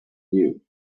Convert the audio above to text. you